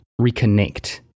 reconnect